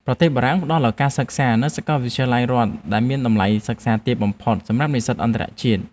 ប្រទេសបារាំងផ្តល់ឱកាសសិក្សានៅសាកលវិទ្យាល័យរដ្ឋដែលមានតម្លៃសិក្សាទាបបំផុតសម្រាប់និស្សិតអន្តរជាតិ។